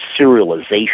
serialization